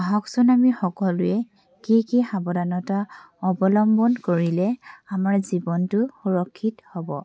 আহকচোন আমি সকলোৱে কি কি সাৱধানতা অৱলম্বন কৰিলে আমাৰ জীৱনটো সুৰক্ষিত হ'ব